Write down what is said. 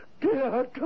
dear